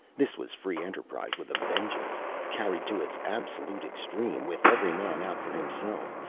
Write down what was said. this was free enterprise with a vengeance, carried to its absolute extreme with every man out for himself,